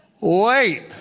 Wait